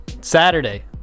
Saturday